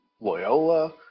Loyola